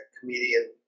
comedian